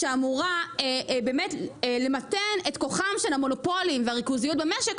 שאמורה באמת למתן את כוחם של המונופולים והריכוזיים במשק,